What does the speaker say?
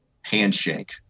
handshake